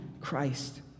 Christ